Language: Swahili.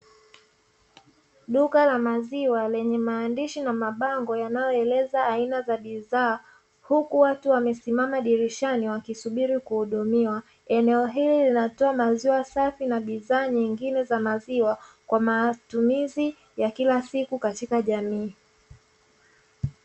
Duka la maziwa lenye maandishi na mabango yanayoeleza aina za bidhaa, huku watu wamesimama dirishani wakisubiri kuhudumiwa. Eneo hili linatoa maziwa safi na bidhaa nyingine za maziwa kwa matumizi ya kila siku katika jamii